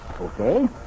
Okay